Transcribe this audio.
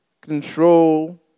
control